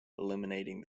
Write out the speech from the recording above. eliminating